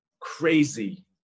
crazy